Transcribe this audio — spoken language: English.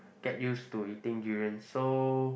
get use to eating durian so